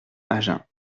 agen